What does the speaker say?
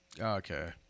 Okay